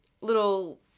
little